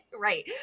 right